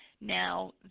now